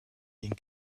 ging